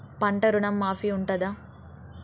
పంట ఋణం మాఫీ ఉంటదా?